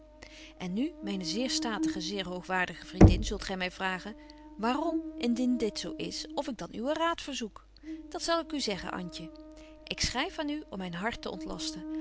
en nu myne zeer statige zeer hoogwaardige vriendin zult gy my vragen waarom indien dit zo is of ik dan uwen raad verzoek dat zal ik u zeggen antje ik schryf aan u om myn hart te ontlasten